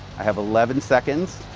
i have eleven seconds.